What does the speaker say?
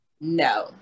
No